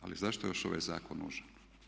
Ali zašto je još ovaj zakon nužan?